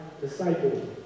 disciple